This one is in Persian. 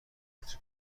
مترجم